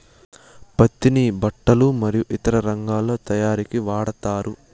పత్తిని బట్టలు మరియు ఇతర రంగాలలో తయారీకి వాడతారు